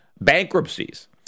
bankruptcies